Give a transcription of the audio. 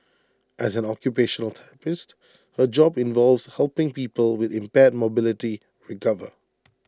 as an occupational therapist her job involves helping people with impaired mobility recover